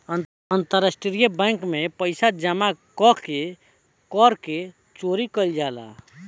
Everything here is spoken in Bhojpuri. अंतरराष्ट्रीय बैंक में पइसा जामा क के कर के चोरी कईल जाला